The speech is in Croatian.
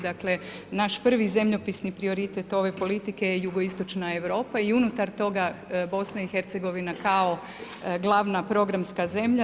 Dakle naš prvi zemljopisni prioritet ove politike je jugoistočna Europa i unutar toga BiH kao glavna programska zemlja.